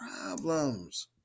problems